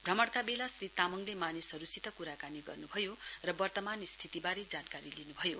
भ्रमणका बेला श्री तामङले मानिसहरुसित कुराकानी गर्नुभयो र वर्तमान स्थितिवारे जानकारी दिनु भयो